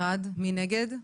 מי נגד?